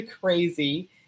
crazy